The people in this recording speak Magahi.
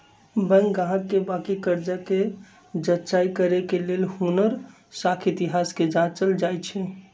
बैंक गाहक के बाकि कर्जा कें जचाई करे के लेल हुनकर साख इतिहास के जाचल जाइ छइ